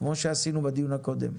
כמו שעשינו בדיון הקודם.